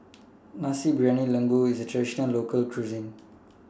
Nasi Briyani Lembu IS A Traditional Local Cuisine